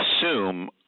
assume—